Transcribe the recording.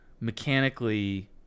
mechanically